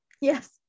Yes